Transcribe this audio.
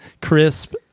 crisp